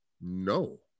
No